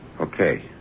Okay